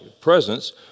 presence